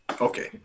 Okay